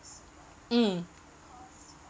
mm